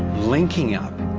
linking up,